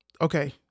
Okay